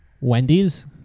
Wendy's